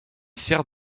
sert